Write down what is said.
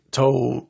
told